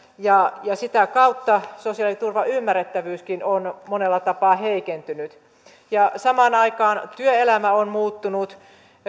ja sitä kautta sosiaaliturvan ymmärrettävyyskin on monella tapaa heikentynyt samaan aikaan työelämä on muuttunut